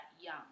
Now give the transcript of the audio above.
young